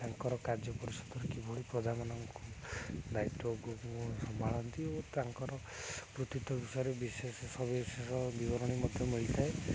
ତାଙ୍କର କାର୍ଯ୍ୟ କିଭଳି ପ୍ରଧାନ ମାନଙ୍କୁ ଦାୟିତ୍ୱ ଆଗକୁ ସମ୍ଭାଳନ୍ତି ଓ ତାଙ୍କର କୃତିତ୍ୱ ବିଷୟରେ ବିଶେଷ ସବିଶେଷ ବିବରଣୀ ମଧ୍ୟ ମିଳିଥାଏ